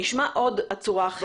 נשמע עוד עצורה נוספת.